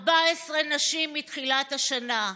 14 נשים מתחילת השנה.